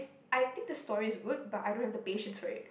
I think the story is good but I don't have the patience for it